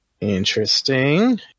Interesting